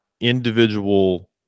individual